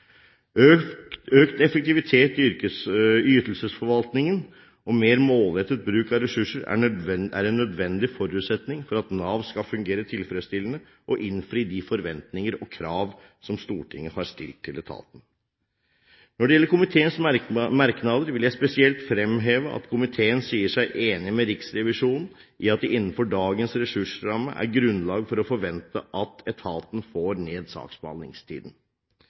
Økt effektivitet i ytelsesforvaltningen og mer målrettet bruk av ressurser er en nødvendig forutsetning for at Nav skal fungere tilfredsstillende og innfri de forventninger og krav som Stortinget har stilt til etaten. Når det gjelder komiteens merknader, vil jeg spesielt fremheve at komiteen sier seg enig med Riksrevisjonen i at det innenfor dagens ressursramme er grunnlag for å forvente at etaten får ned saksbehandlingstiden.